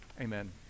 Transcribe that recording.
Amen